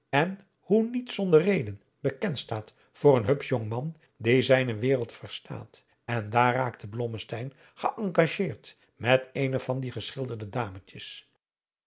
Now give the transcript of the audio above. en hoe niet zonder reden bekend staat voor een hupsch jongman die zijne wereld verstaat en daar raakte blommesteyn geëngageerd met eene van die geschilderde dametjes